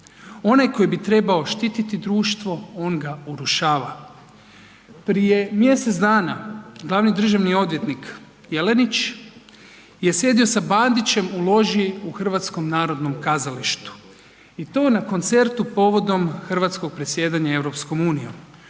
Onaj koji bi trebao štiti društvo on ga urušava. Prije mjesec dana glavni državni odvjetnik Jelenić je sjedio sa Bandićem u loži u HNK-u i to na koncertu povodom Hrvatskog predsjedanja EU. Čovjek